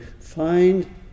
find